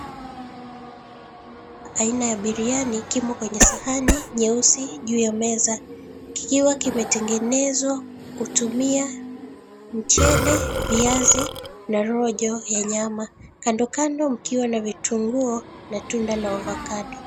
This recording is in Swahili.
Aina ya biriani kimo kwenye sahani nyeusi juu ya meza, kikiwa imetengenezwa kutumia mchele, viazi na rojo ya nyama, kandokando mkiwa na vitunguu na tunda la avocado .